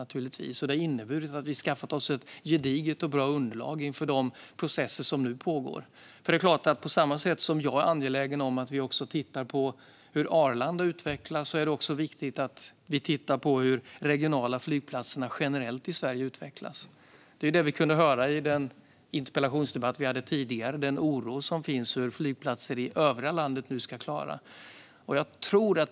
Det innebär att vi har skaffat oss ett gediget och bra underlag inför de processer som nu pågår. På samma sätt som jag är angelägen om att vi tittar på hur Arlanda utvecklas är det viktigt att vi tittar på hur de regionala flygplatserna generellt i Sverige utvecklas. Vi kunde i den tidigare interpellationsdebatten höra om den oro som finns över hur flygplatser i övriga landet ska klara detta.